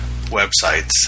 websites